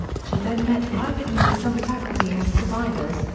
she then met privately with some faculty and survivors,